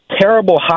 terrible